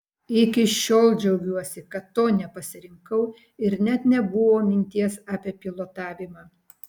iki šiol džiaugiuosi kad to nepasirinkau ir net nebuvo minties apie pilotavimą